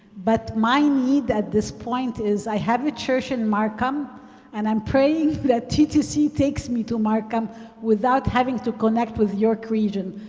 but my need at this point is i have a church in markham and i'm praying that ttc takes me to markham without having to connect with york region.